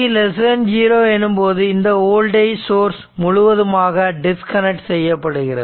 t0 எனும்போது இந்த voltage source முழுவதுமாக டிஸ்கனெக்ட் செய்யப்படுகிறது